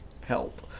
help